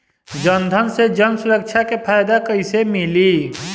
जनधन से जन सुरक्षा के फायदा कैसे मिली?